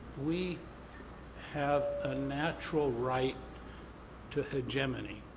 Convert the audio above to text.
we have a natural right to hegemony,